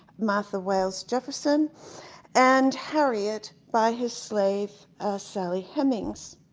martha wells jefferson and harriet by his slave sally hemings.